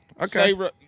okay